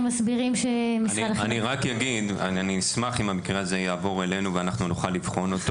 אני אשמח אם המקרה הזה יעבור אלינו ונוכל לבחון.